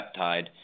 peptide